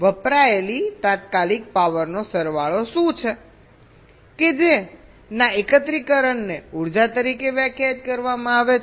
વપરાયેલી તાત્કાલિક પાવરનો સરવાળો શું છે કે જેના એકત્રીકરણ ને ઉર્જા તરીકે વ્યાખ્યાયિત કરવામાં આવે છે